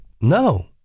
No